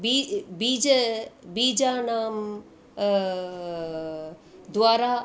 B बीज बीजानां द्वारा